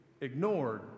ignored